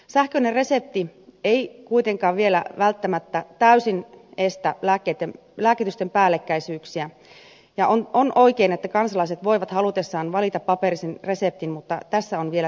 sähköinen resepti ei kuitenkaan vielä välttämättä täysin estä lääkitysten päällekkäisyyksiä ja on oikein että kansalaiset voivat halutessaan valita paperisen reseptin mutta tässä on vielä tehtävää